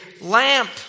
lamp